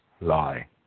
lie